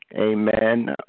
amen